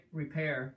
repair